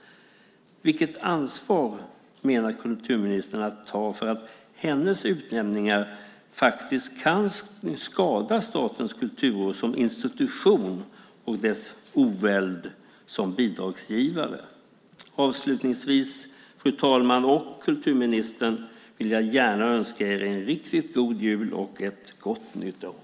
Vilket ansvar ämnar kulturministern ta när det gäller att hennes utnämningar faktiskt kan skada Statens kulturråd som institution och dess oväld som bidragsgivare? Avslutningsvis, fru talman och kulturministern, vill jag gärna önska er en riktigt god jul och ett gott nytt år.